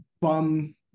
bum